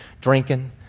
drinking